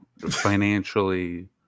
financially